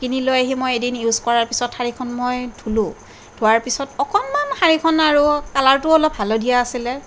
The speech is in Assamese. কিনি লৈ আহি মই এদিন ইউজ কৰাৰ পিছত শাড়ীখন মই ধুলোঁ ধুৱাৰ পিছত অকণমান শাড়ীখন আৰু কালাৰটো অলপ হালধীয়া আছিলে